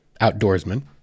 outdoorsman